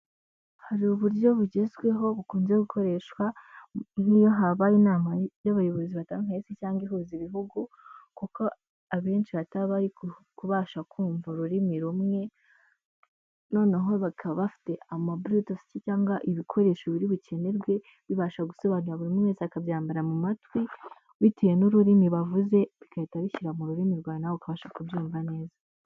Hari uburyo bugezweho bukunze gukoreshwa nk'iyo habaye inama y'abayobozi batandukanye se cyangwa ihuza ibihugu, kuko abenshi bataba bari kubasha kumva ururimi rumwe, noneho bakaba bafite ama burutufu cyangwa ibikoresho biri bukenerwe bibasha gusobanurira buri umwe wese akabyambara mu matwi, bitewe n'ururimi bavuze bigahita bishyira mu rurimi rwawe nawe uka ubasha kubyumva neza.